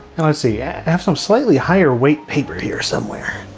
and let's see. i have some slightly higher weight paper here somewhere.